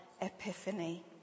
epiphany